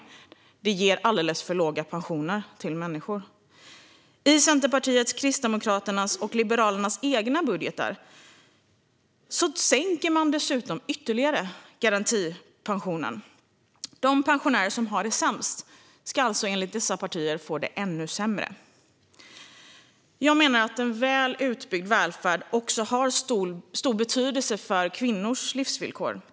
Det ger människor alldeles för låga pensioner. I Centerpartiets, Kristdemokraternas och Liberalernas egna budgetar sänks dessutom garantipensionen ytterligare. De pensionärer som har det sämst ska alltså enligt dessa partier få det ännu sämre. Jag menar att en väl utbyggd välfärd också har stor betydelse för kvinnors livsvillkor.